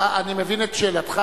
אני מבין את שאלתך.